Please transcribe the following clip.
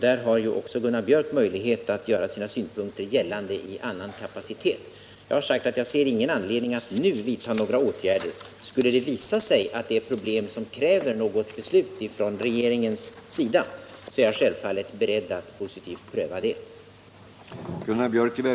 Där har ju också Gunnar Biörck möjlighet att göra sina synpunkter gällande med annan kapacitet. Jag har sagt att jag inte ser någon anledning att nu vidta några åtgärder. Skulle det visa sig att det uppstår något problem som kräver beslut av regeringen, är jag självfallet beredd att positivt pröva saken.